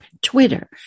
Twitter